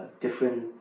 different